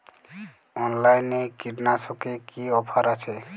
অনলাইনে কীটনাশকে কি অফার আছে?